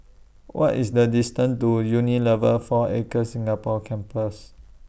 What IS The distance to Unilever four Acres Singapore Campus